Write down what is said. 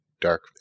dark